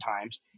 times